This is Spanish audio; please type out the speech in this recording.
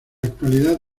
actualidad